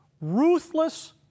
ruthless